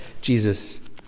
Jesus